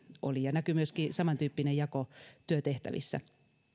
oli ja samantyyppinen jako näkyi myöskin työtehtävissä